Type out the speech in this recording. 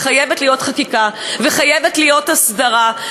וחייבת להיות חקיקה, וחייבת להיות הסדרה.